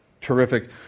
terrific